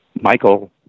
Michael